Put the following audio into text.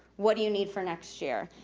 what do you need for next year?